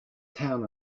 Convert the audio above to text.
town